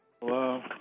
Hello